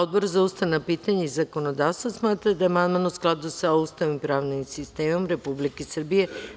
Odbor za ustavna pitanja i zakonodavstvo smatra da je amandman u skladu sa Ustavom i pravnim sistemom Republike Srbije.